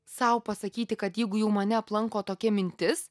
sau pasakyti kad jeigu jau mane aplanko tokia mintis